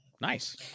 Nice